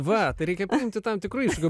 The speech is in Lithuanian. va tai reikia priimti tam tikrų iššūkių